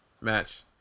match